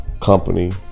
company